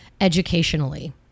educationally